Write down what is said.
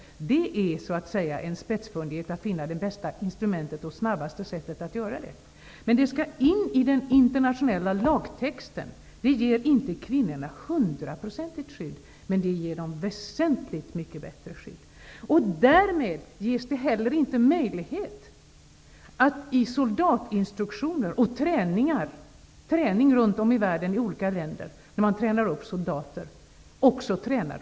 Vilket som är det bästa instrumentet och det snabbaste sättet för att göra det är en något spetsfundig fråga, men det skall in i den internationella lagtexten. Det ger inte kvinnorna ett hundraprocentigt skydd, men ett väsentligt bättre skydd. Därmed ges det inte heller möjlighet att i soldatinstruktioner och vid soldatträningar i olika länder runt om i världen träna soldater till våldtäkt.